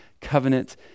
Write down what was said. covenant